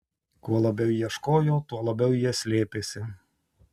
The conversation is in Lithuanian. kuo labiau ieškojo tuo labiau jie slėpėsi